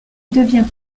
devient